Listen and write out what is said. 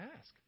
ask